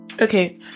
Okay